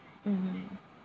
mmhmm